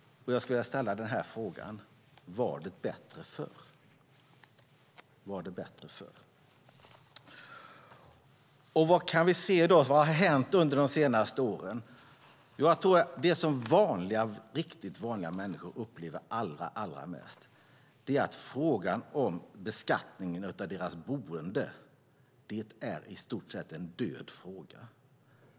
Jag skulle vilja fråga: Var det bättre förr? Vad kan vi se har hänt under de senaste åren? Jag tror att det riktigt vanliga människor upplever allra mest är att frågan om beskattning av deras boende är en i stort sett död fråga.